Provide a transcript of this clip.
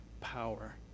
power